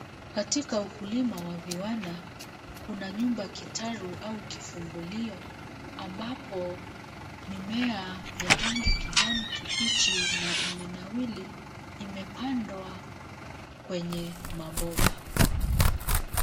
Katika ukulima wa viwanda kuna nyumba kitalu au kivungulio ambapo mimea ya rangi kijani kibichi na imenawiri imepandwa kwenye mabomba.